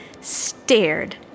stared